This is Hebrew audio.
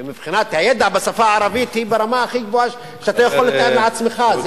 ומבחינת הידע בשפה הערבית היא ברמה הכי גבוהה שאתה יכול לתאר לעצמך.